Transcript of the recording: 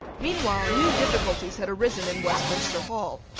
meanwhile new difficulties had arisen in westminster hall.